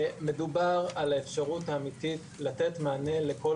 מדובר על האפשרות האמיתית לתת מענה לכל